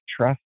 trust